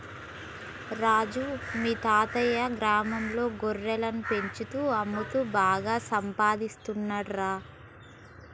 రాజు మీ తాతయ్యా గ్రామంలో గొర్రెలను పెంచుతూ అమ్ముతూ బాగా సంపాదిస్తున్నాడురా